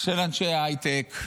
של אנשי ההייטק,